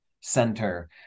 center